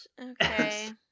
okay